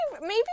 maybe-